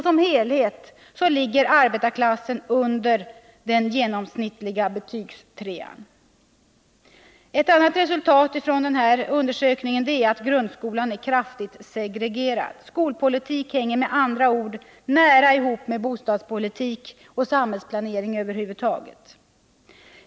Som helhet ligger arbetarklassen under den genomsnittliga betygstrean. Ett annat resultat av undersökningen är att grundskolan är kraftigt segregerad. Skolpolitik hänger nära ihop med bostadspolitik och samhällsplanering över huvud taget.